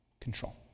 control